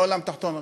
לא עולם תחתון.